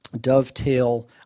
dovetail